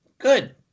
good